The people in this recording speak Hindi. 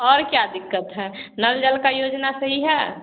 और क्या दिक्कत है नल जल का योजना सही है